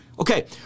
Okay